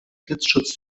blitzschutz